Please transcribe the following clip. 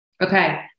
Okay